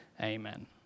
Amen